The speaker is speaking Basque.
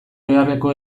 beharreko